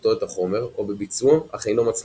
בצריכתו את החומר או בביצועו אך אינו מצליח.